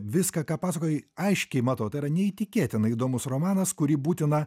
viską ką pasakojai aiškiai matau tai yra neįtikėtinai įdomus romanas kurį būtina